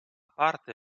parte